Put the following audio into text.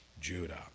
Judah